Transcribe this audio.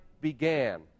began